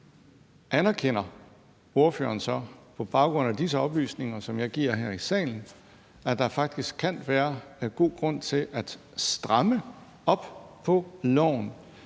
Anerkender ordføreren så – på baggrund af disse oplysninger, som jeg giver her i salen – at der faktisk kan være god grund til at stramme op på loven,